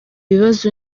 bibazo